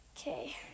Okay